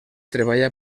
treballa